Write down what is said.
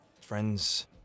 Friends